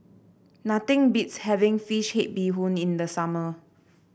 nothing beats having fish head Bee Hoon in the summer